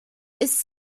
ist